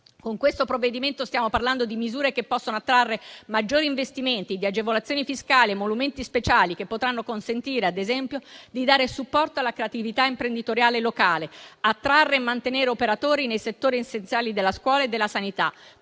Con questo provvedimento stiamo parlando di misure che possono attrarre maggiori investimenti; di agevolazioni fiscali ed emolumenti speciali che potranno consentire, ad esempio, di dare supporto alla creatività imprenditoriale locale, di attrarre e mantenere operatori nei settori essenziali della scuola e della sanità